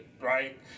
right